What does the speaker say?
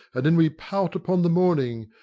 and then we pout upon the morning,